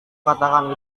katakan